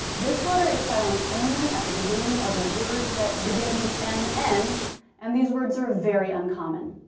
this letter is silent only at the beginning of a word that begins with m n and these words are very uncommon.